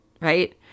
right